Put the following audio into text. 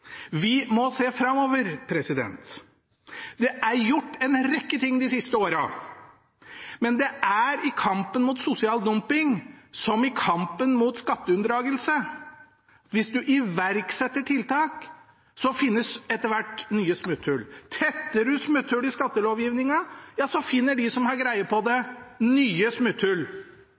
Vi må se framover. Det er gjort en rekke ting de siste åra, men det er i kampen mot sosial dumping som i kampen mot skatteunndragelse: Hvis du iverksetter tiltak, finnes etter hvert nye smutthull. Tetter du smutthull i skattelovgivningen, finner de som har greie på det, nye smutthull.